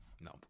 No